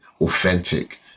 authentic